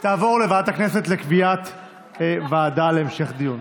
תעבור לוועדת הכנסת לקביעת ועדה להמשך דיון.